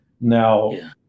now